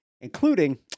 including